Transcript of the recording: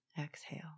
Exhale